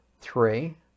three